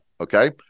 okay